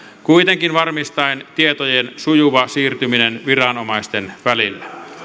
kuitenkin varmistaen tietojen sujuva siirtyminen viranomaisten välillä